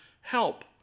help